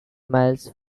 miles